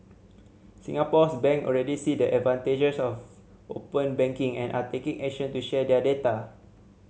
Singapore's bank already see the advantages of open banking and are taking action to share their data